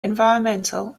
environmental